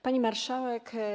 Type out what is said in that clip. Pani Marszałek!